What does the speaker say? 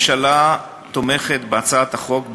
הממשלה תומכת בהצעת החוק,